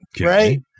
Right